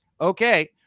Okay